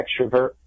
extrovert